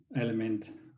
element